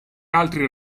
altri